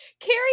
Carrie